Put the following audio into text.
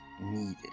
needed